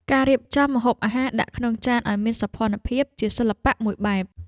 ការរៀបចំម្ហូបអាហារដាក់ក្នុងចានឱ្យមានសោភ័ណភាព ជាសិល្បៈមួយបែប។